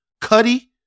Cuddy